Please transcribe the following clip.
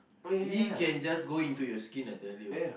it can just go into your skin I tell you